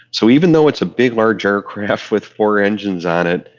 so even though it's a big, large aircraft with four engines on it,